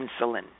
insulin